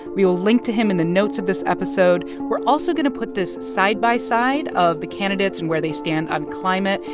we will link to him in the notes of this episode. we're also going to put this side-by-side of the candidates and where they stand on climate.